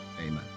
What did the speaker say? amen